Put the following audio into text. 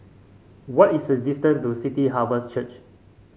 what is the distant to City Harvest Church